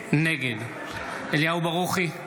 נגד אליהו ברוכי,